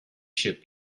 should